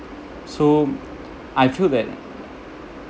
so I feel that